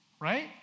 right